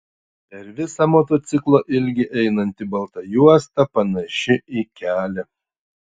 per visą motociklo ilgį einanti balta juosta panaši į kelią